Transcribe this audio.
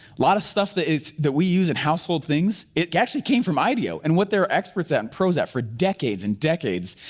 lot of stuff that is, that we use in household things, it actually came from ideo and what they're experts at and pro's at for decades and decades,